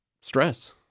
stress